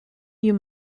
you